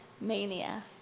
mania